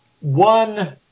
One